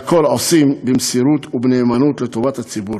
הכול הם עושים במסירות ובנאמנות לטובת הציבור.